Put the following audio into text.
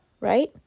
right